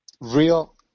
Real